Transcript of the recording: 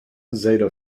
zeta